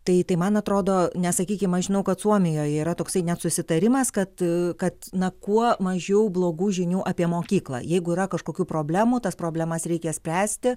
tai tai man atrodo nesakykim aš žinau kad suomijoj yra toksai net susitarimas kad kad na kuo mažiau blogų žinių apie mokyklą jeigu yra kažkokių problemų tas problemas reikia spręsti